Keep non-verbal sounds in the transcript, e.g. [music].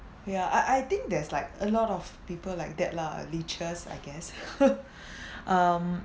ya I I think there's like a lot of people like that lah leeches I guess [laughs] um